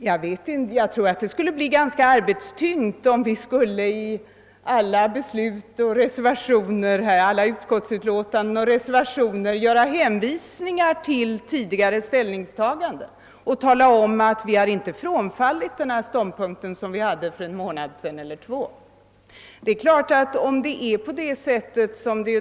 Jag tror att arbetet skulle bli ganska tungt om vi i alla utskottsutlåtanden och reservationer hänvisade till tidigare ställningstaganden och talade om att vi inte frånträtt den ståndpunkt som vi intagit en eller två månader tidigare.